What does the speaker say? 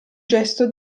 gesto